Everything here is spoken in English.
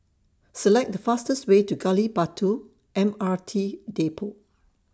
Select The fastest Way to Gali Batu M R T Depot